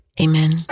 Amen